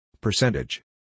Percentage